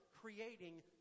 creating